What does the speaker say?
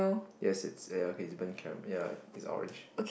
yes is it ya is burnt caramel ya it's orange